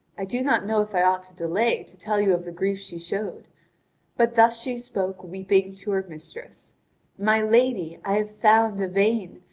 i do not know if i ought to delay to tell you of the grief she showed but thus she spoke weeping to her mistress my lady, i have found yvain,